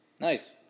nice